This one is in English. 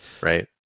Right